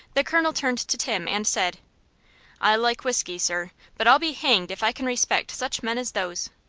the colonel turned to tim, and said i like whiskey, sir but i'll be hanged if i can respect such men as those.